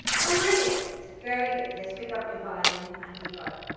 brilliant very good let's pick up your violin and your bow